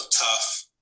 tough